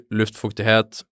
luftfuktighet